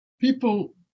People